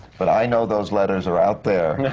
but i know those letters are out there.